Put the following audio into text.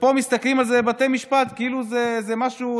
ופה מסתכלים על זה בבתי משפט כאילו זה משהו,